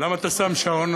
למה אתה שם שעון?